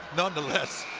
nonetheless.